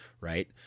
right